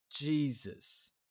Jesus